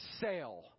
sale